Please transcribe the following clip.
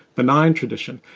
benign tradition.